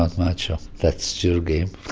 ah macho. that's your game.